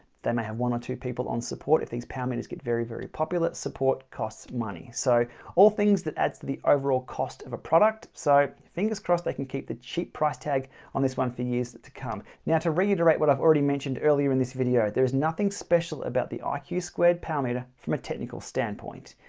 they may have one or two people on support if these power meters get very, very popular. support costs money. so all things that adds to the overall cost of a product so fingers crossed they can keep the cheap price tag on this one for years to come. now to reiterate what i've already mentioned earlier in this video, there is nothing special about the ah iq squared power meter from a technical standpoint.